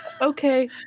Okay